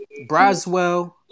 Braswell